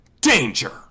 Danger